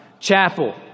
Chapel